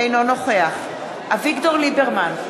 אינו נוכח אביגדור ליברמן,